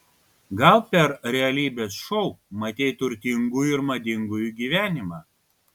gal per realybės šou matei turtingųjų ir madingųjų gyvenimą